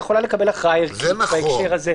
הוועדה יכולה לקבל הכרעה ערכית בהקשר הזה.